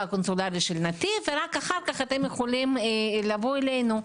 הקונסולרית של נתיב ורק אז תוכלו לבוא אלינו.